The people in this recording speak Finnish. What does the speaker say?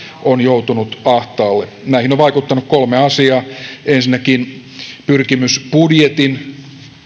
on joutunut ahtaalle näihin on vaikuttanut kolme asiaa ensinnäkin pyrkimys budjetin